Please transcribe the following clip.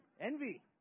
Envy